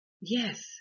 Yes